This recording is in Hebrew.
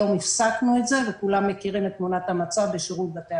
הפסקנו את היום וכולם מכירים את תמונת המצב בשירות בתי